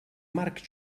marc